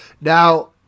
Now